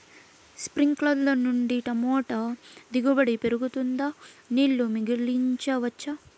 స్ప్రింక్లర్లు నుండి టమోటా దిగుబడి పెరుగుతుందా? నీళ్లు మిగిలించవచ్చా?